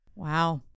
Wow